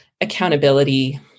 accountability